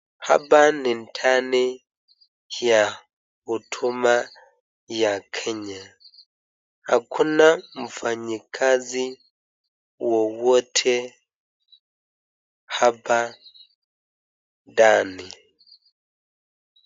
Hapa ni ndani ya Huduma ya Kenya, hakuna mfanyikazi wowote hapa ndani.